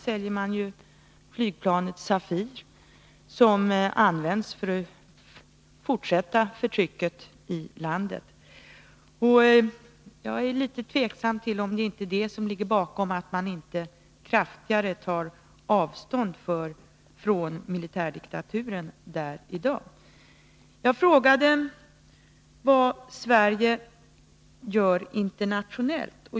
säljer Sverige flygplanet Safir till Pakistan, som av regimen används för att fortsätta förtrycket i landet. Jag är litet tveksam till om det inte är detta som ligger bakom att Sverige inte kraftigare tar avstånd från militärdiktaturen i dagens Pakistan. Jag frågade vad Sverige gör internationellt.